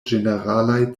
ĝeneralaj